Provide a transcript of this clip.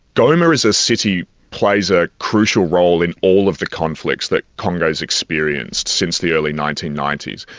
goma as a city plays a crucial role in all of the conflicts that congo's experienced since the early nineteen ninety s.